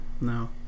No